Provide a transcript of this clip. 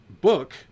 book